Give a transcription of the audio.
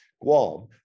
Guam